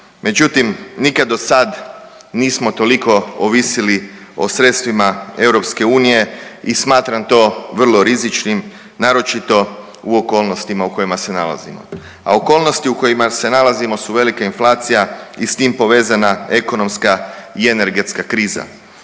Međutim, nikad dosad nismo toliko ovisili o sredstvima EU i smatram to vrlo rizičnim naročito u okolnostima u kojima se nalazimo. A okolnosti u kojima se nalazimo su velika inflacija i s tim povezana ekonomska i energetska kriza.